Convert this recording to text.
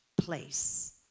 place